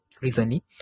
recently